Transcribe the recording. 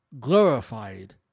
glorified